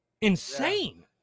insane